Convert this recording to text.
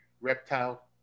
Reptile